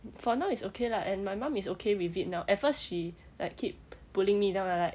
for now is okay lah and my mum is okay with it now at first she like keep pulling me down lah like